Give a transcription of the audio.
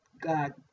god